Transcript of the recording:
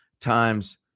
times